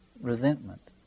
resentment